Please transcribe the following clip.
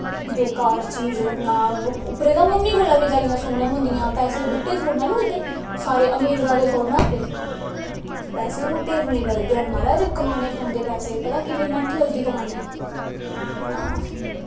बेकार चीज ना उप्परा दा मम्मी कोला दा गालियां सुननां पौंदियां पैसे बूह्टे पर थोड़े लगदे सारे अमीरजादे थोड़े ना होंदे पैसे बूह्टे पर नेईंं लगदे मारज पता किन्नी मैह्नत करनी पौंदी हां